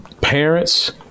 Parents